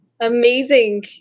amazing